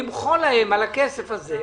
אנחנו מציעים למחול להם על הכסף הזה,